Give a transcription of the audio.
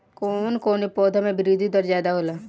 कवन कवने पौधा में वृद्धि दर ज्यादा होला?